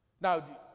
Now